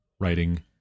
writing